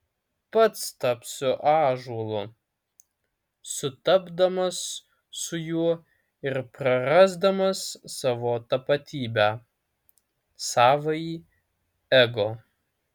pats tapsiu ąžuolu sutapdamas su juo ir prarasdamas savo tapatybę savąjį ego